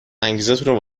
انگیزتونو